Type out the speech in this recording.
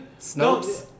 Snopes